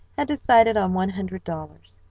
had decided on one hundred dollars.